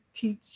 teach